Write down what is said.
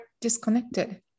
disconnected